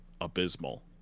abysmal